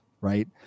right